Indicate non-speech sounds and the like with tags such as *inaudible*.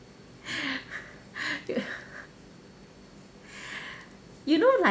*laughs* you know like